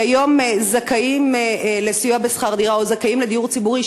כי היום זכאים לסיוע בשכר דירה או זכאים לדיור ציבורי,